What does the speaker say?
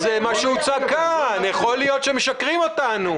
זה מה שהוצג כאן, ויכול להיות שמשקרים לנו.